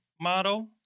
model